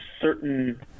certain